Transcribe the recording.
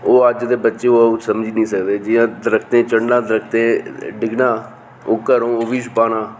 ओह् अज्ज दे बच्चे ओह् समझी नेईं सकदे जि'यां दरखतें चढ़ना दरखतें र डिग्गना ओह् घरों ओह् बी छुपाना